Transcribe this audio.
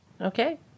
Okay